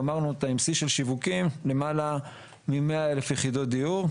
גמרנו אותה עם שיא של שיווקים על למעלה מ-100,000 יחידות דיור.